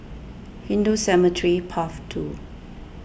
Hindu Cemetery Path two